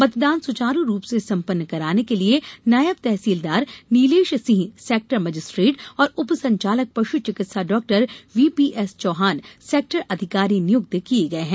मतदान सुचारू रूप से संपन्न कराने के लिये नायब तहसीलदार नीलेश सिंह सेक्टर मजिस्ट्रेट और उपसंचालक पशु चिकित्सा डॉ वीपी एस चौहान सेक्टर अधिकारी नियुक्त किये गये हैं